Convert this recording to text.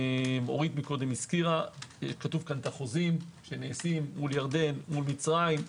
החוזים שנעשים מול ירדן, מול מצרים,